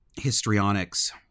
histrionics